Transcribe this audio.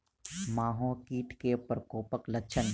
माहो कीट केँ प्रकोपक लक्षण?